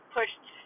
pushed